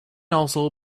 also